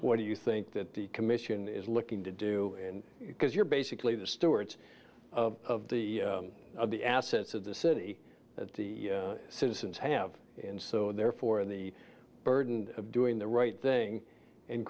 what do you think that the commission is looking to do and because you're basically the stewards of the of the assets of the city that the citizens have and so therefore in the burden of doing the right thing and